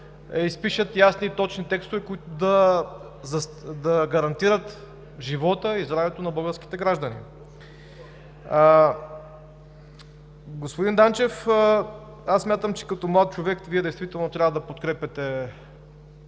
изпишат ясни и точни текстове, които да гарантират живота и здравето на българските граждани. Господин Данчев, смятам, че като млад човек, Вие действително трябва да подкрепяте